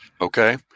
Okay